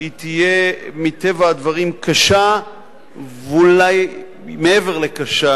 תהיה מטבע הדברים קשה ואולי מעבר לקשה,